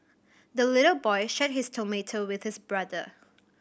the little boy shared his tomato with his brother